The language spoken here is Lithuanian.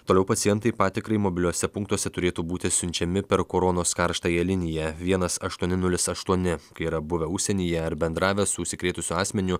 toliau pacientai patikrai mobiliuose punktuose turėtų būti siunčiami per koronos karštąją liniją vienas aštuoni nulis aštuoni yra buvę užsienyje ar bendravę su užsikrėtusiu asmeniu